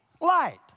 light